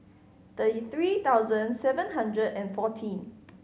thirty three thousand seven hundred and fourteen